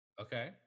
Okay